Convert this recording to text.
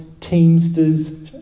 teamsters